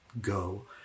go